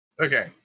Okay